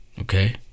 okay